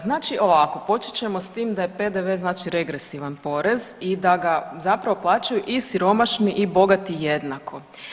Znači ovako, počet ćemo s tim da je PDV znači regresivan porez i da ga zapravo plaćaju i siromašni i bogati jednako.